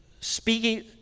speaking